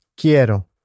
Quiero